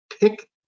pick